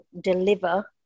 deliver